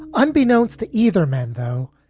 unbeknownst to either man, though,